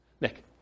Nick